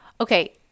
Okay